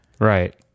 Right